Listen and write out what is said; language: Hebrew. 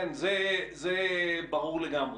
זה ברור לגמרי.